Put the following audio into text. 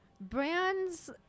brands